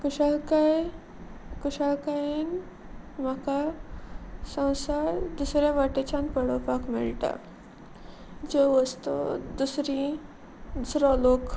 कुशाकाय कुशाकायेन म्हाका संवसार दुसऱ्या वाटेच्यान पळोवपाक मेळटा ज्यो वस्तू दुसरी दुसरो लोक